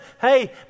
hey